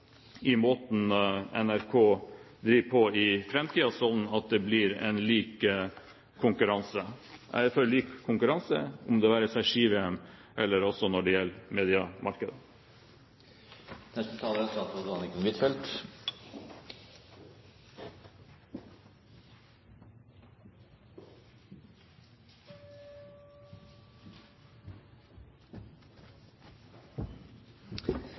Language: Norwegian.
i måten NRK skal drive på i framtiden, sånn at det blir lik konkurranse. Jeg er for lik konkurranse, det være seg ski-VM eller